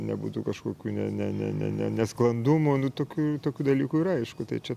nebūtų kažkokių ne ne ne ne ne nesklandumų nu tokių tokių dalykų yra aišku tai čia